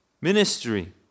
ministry